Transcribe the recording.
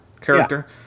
character